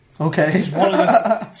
Okay